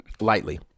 Lightly